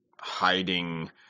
hiding